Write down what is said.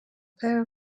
pair